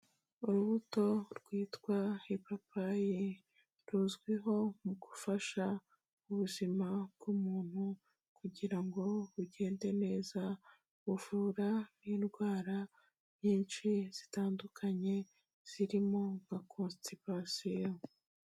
Urubuto rwitwa ipapayi, ruzwiho mu gufasha ubuzima bw'umuntu kugira ngo bugende neza, ruvura n'indwara nyinshi zitandukanye zirimo nka constipation.